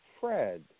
Fred